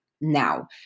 now